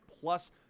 plus